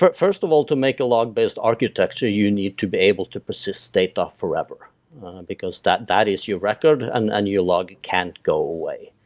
but first of all, to make a log based architecture you need to be able to persist data forever because that that is your record and and your log can't go away,